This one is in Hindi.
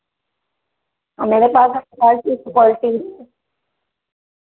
मेरे पास हर चीज़ की क्वालिटी है